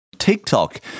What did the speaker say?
TikTok